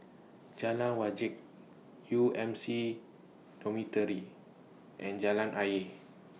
Jalan Wajek U M C Dormitory and Jalan Ayer